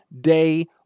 day